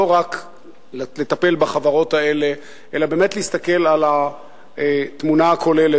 לא רק לטפל בחברות האלה אלא באמת להסתכל על התמונה הכוללת